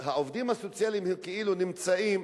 העובדים הסוציאליים הם כאילו נמצאים